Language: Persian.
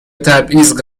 تبعیض